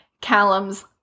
Callum's